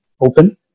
open